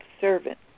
servant